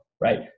right